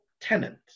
tenant